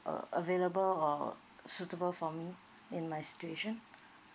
uh available or suitable for me in my situation